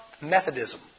Methodism